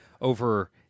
over